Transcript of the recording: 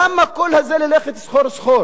למה את כל זה, ללכת סחור-סחור?